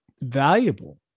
valuable